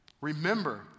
Remember